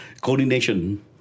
coordination